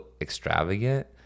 extravagant